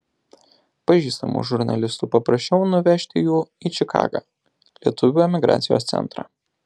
pažįstamų žurnalistų paprašiau nuvežti jų į čikagą lietuvių emigracijos centrą